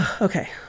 Okay